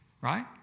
right